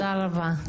תודה רבה.